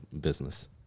business